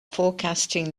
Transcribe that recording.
forecasting